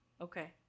Okay